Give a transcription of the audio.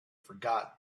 forgot